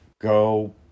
go